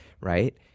right